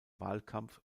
wahlkampf